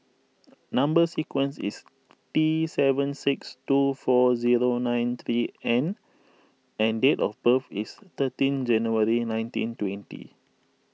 Number Sequence is T seven six two four zero nine three N and date of birth is thirteen January nineteen twenty